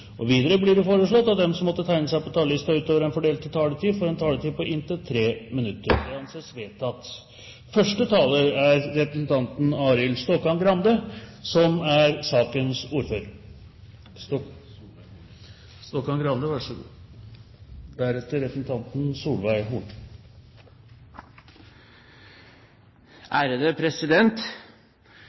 taletid. Videre blir det foreslått at de som måtte tegne seg på talerlisten utover den fordelte taletid, får en taletid på inntil 3 minutter. – Det anses vedtatt. I Midt-Norge er forbruket av kraft høyere enn produksjonen, og overføringskapasiteten mellom landsdelene er